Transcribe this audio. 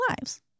lives